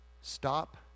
Stop